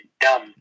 dumb